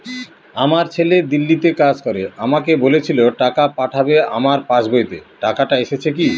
আমার ছেলে দিল্লীতে কাজ করে আমাকে বলেছিল টাকা পাঠাবে আমার পাসবইতে টাকাটা এসেছে কি?